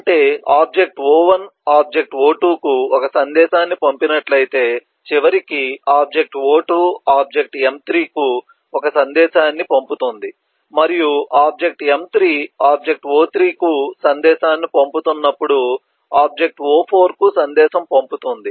అంటే object o1 object o2 కు ఒక సందేశాన్ని పంపినట్లయితే చివరికి ఆబ్జెక్ట్ o2 ఆబ్జెక్ట్ m3 కు ఒక సందేశాన్ని పంపుతుంది మరియు ఆబ్జెక్ట్ m3 ఆబ్జెక్ట్ o3 కు సందేశాన్ని పంపుతున్నప్పుడు ఆబ్జెక్ట్ o4 కు సందేశం పంపుతుంది